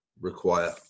require